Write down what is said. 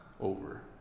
Over